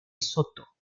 soto